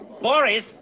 Boris